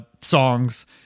songs